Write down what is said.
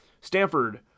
Stanford